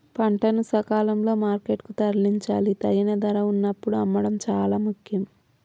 పంటను సకాలంలో మార్కెట్ కు తరలించాలి, తగిన ధర వున్నప్పుడు అమ్మడం చాలా ముఖ్యం